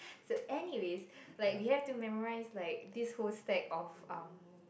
so anyways like we had to memorise like this whole stack of um